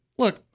Look